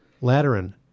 Lateran